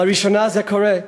לראשונה זה קורה: